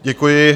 Děkuji.